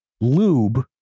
lube